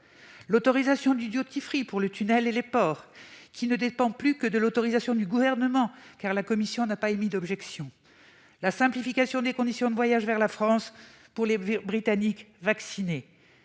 la mise en place du pour le tunnel et les ports, qui ne dépend plus que de l'autorisation du Gouvernement car la Commission n'a pas émis d'objection ; la simplification des conditions de voyage vers la France pour les Britanniques vaccinés